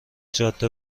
جاده